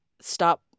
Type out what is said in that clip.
stop